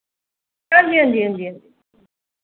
हांजी हांजी हांजी हांजी